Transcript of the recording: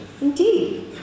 Indeed